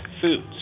foods